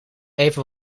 even